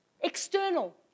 External